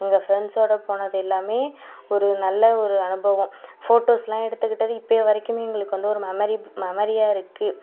எங்கள் ஃப்ரெண்ட்ஸ்ஸோட போனது எல்லாமே ஒரு நல்ல ஒரு அனுபவம் ஃபோட்டோஸ்லாம் எடுத்துக்கிட்டது இப்போ வரைக்குமே எங்களுக்கு வந்து ஒரு மெமரி மெமரியாக இருக்கு